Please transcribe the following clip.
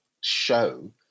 show